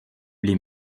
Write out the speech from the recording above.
blé